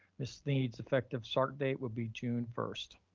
ms. needs effective start date will be june first.